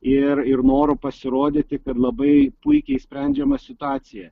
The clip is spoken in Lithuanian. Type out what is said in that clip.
ir ir noru pasirodyti kad labai puikiai sprendžiama situacija